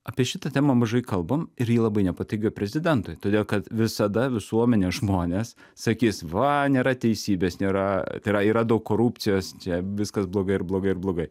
apie šitą temą mažai kalbam ir ji labai nepatinka prezidentui todėl kad visada visuomenės žmonės sakys va nėra teisybės nėra tai yra yra daug korupcijos čia viskas blogai ir blogai ir blogai